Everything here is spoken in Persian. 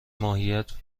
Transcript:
ماهیت